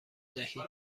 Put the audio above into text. دهید